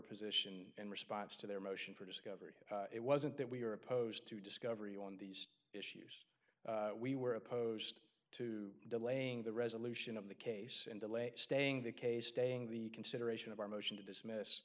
position in response to their motion for discovery it wasn't that we were opposed to discovery on these issues we were opposed to delaying the resolution of the case and delay staying the case staying the consideration of our motion to